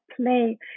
play